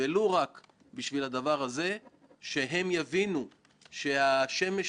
מאז ועדת אגרנט חלה חובה חוקית ומשפטית